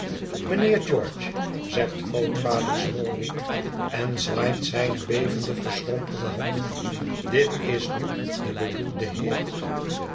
mijnheer george zegt grootvader smallweed en zwaait zijne bevende verschrompelde hand dit is nu de bedoelde heer